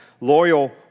loyal